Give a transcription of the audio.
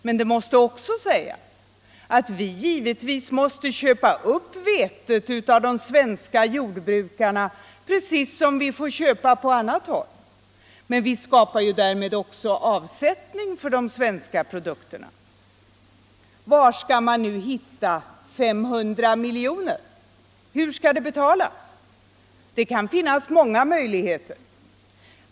Men det måste också sägas, att vi givetvis skall köpa upp vetet av de svenska jordbrukarna precis som vi får köpa på annat håll. Vi skapar ju därmed också avsättning för de svenska produkterna. Var skall man nu hitta 500 miljoner, hur skall det betalas? Det kan finnas många möjligheter.